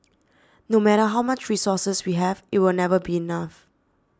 no matter how much resources we have it will never be enough